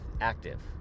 active